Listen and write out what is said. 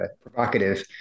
provocative